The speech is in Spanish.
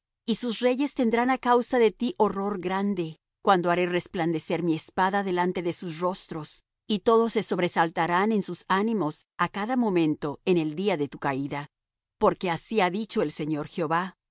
y sus reyes tendrán á causa de ti horror grande cuando haré resplandecer mi espada delante de sus rostros y todos se sobresaltarán en sus ánimos á cada momento en el día de tu caída porque así ha dicho el señor jehová